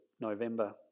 November